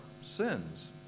sins